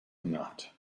not